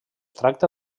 tracta